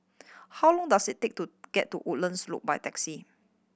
how long does it take to get to Woodlands Loop by taxi